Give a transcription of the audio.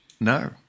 No